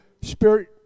spirit